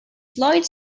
floyd